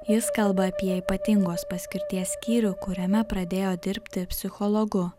jis kalba apie ypatingos paskirties skyrių kuriame pradėjo dirbti psichologu